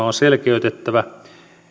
on selkeytettävä